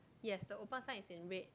yes the open sign is in red